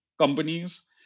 companies